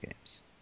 games